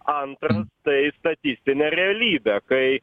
antra tai statistinė realybė kai